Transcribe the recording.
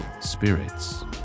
spirits